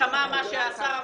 שישמע מה שהשר אמר.